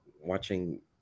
watching